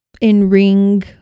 in-ring